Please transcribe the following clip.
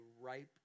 ripe